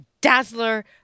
Dazzler